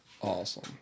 awesome